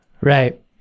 Right